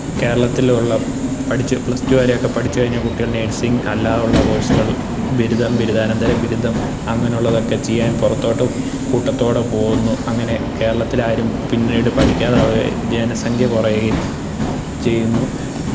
കേരളത്തിലുള്ള പഠിച്ച് plus two വരെയെക്കെ പഠിച്ചു കഴിഞ്ഞ കുട്ടികള് നേര്സിംഗ് അല്ലാതെയുള്ള കോഴ്സുകള് ബിരുദം ബിരുദാനന്തര ബിരുദം അങ്ങനെയുള്ളതൊക്കെ ചെയ്യാന് പുറത്തോട്ട് കൂട്ടത്തോടെ പോവുന്നു അങ്ങനെ കേരളത്തിൽ ആരും പിന്നീട് പഠിക്കാതാവുകയും ജനസംഖ്യ കുറയുകയും ചെയ്യുന്നു